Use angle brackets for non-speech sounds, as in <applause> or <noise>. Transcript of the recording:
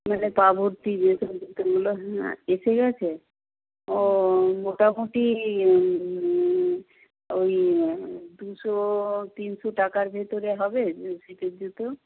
মানে পা ভর্তি <unintelligible> জুতোগুলো হ্যাঁ এসে গেছে ও মোটামুটি ওই দুশো তিনশো টাকার ভেতরে হবে শীতের জুতো